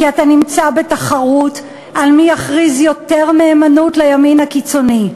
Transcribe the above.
כי אתה נמצא בתחרות על מי יכריז יותר נאמנות לימין הקיצוני.